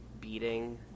beating